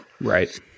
Right